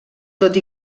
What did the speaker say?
tot